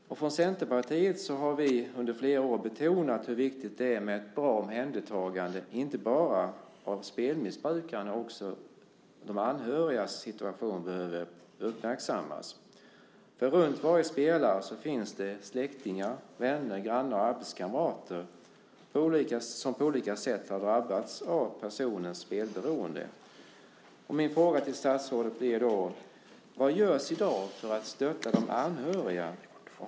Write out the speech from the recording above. Från Centerpartiet har vi under flera år betonat hur viktigt det är med ett bra omhändertagande inte bara av spelmissbrukaren, utan också de anhörigas situation behöver uppmärksammas. Runt varje spelare finns släktingar, vänner, grannar och arbetskamrater som på olika sätt har drabbats av personens spelberoende. Min fråga till statsrådet blir: Vad görs i dag för att stötta de anhöriga?